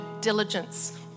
diligence